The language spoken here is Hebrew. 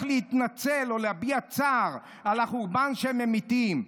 להתנצל או להביע צער על החורבן שהם ממיטים.